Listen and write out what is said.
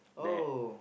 oh